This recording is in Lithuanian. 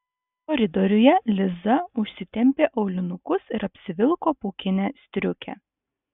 koridoriuje liza užsitempė aulinukus ir apsivilko pūkinę striukę